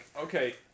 okay